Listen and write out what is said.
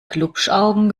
glupschaugen